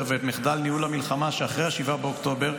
ואת מחדל ניהול המלחמה שאחרי 7 באוקטובר,